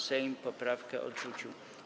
Sejm poprawkę odrzucił.